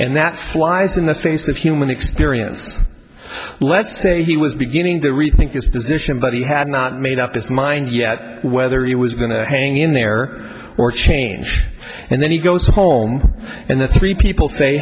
and that's twice in the space of human experience let's say he was beginning to rethink its position but he had not made up his mind yet whether he was going to hang in there or change and then he goes home and the three people say